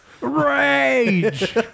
rage